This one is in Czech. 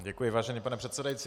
Děkuji, vážený pane předsedající.